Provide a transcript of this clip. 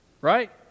Right